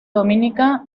dominica